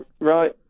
Right